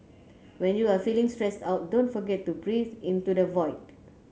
when you are feeling stressed out don't forget to breathe into the void